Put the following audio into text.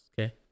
okay